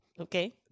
Okay